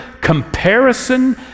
comparison